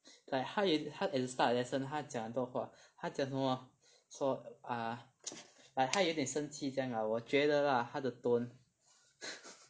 like 他他 at the start of lesson 他讲很多话他讲什么说 ah like 他有一点生气这样 lah 我觉得 lah 他的 tone